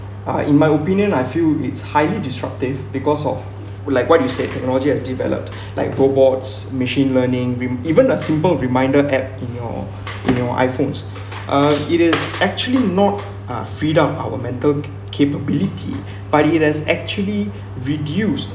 uh in my opinion I feel it's highly disruptive because of like what you said technology developed like robots machine learning with even a simple reminder app in your in your iphones uh it is actually not uh free up our mental capability but it has actually reduced